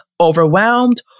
overwhelmed